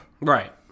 Right